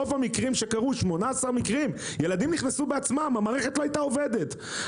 ב-18 מקרים ילדים נכנסו בעצמם לרכב והמערכת לא הייתה עובדת.